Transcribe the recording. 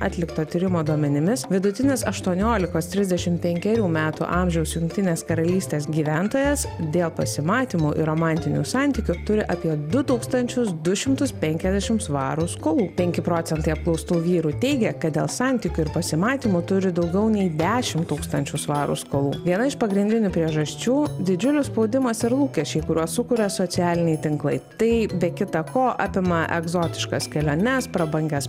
atlikto tyrimo duomenimis vidutinis aštuoniolikos trisdešim penkerių metų amžiaus jungtinės karalystės gyventojas dėl pasimatymų ir romantinių santykių turi apie du tūkstančius du šimtus penkiasdešim svarų skolų penki procentai apklaustų vyrų teigia kad dėl santykių ir pasimatymų turi daugiau nei dešim tūkstančių svarų skolų viena iš pagrindinių priežasčių didžiulis spaudimas ir lūkesčiai kuriuos sukuria socialiniai tinklai tai be kita ko apima egzotiškas keliones prabangias